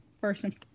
person